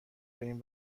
بریم